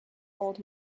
old